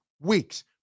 weeks